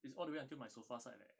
is all the way until my sofa side leh